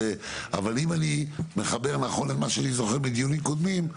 אבל אם אני מחבר נכון את מה שאני זוכר מדיונים קודמים,